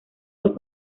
los